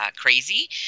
crazy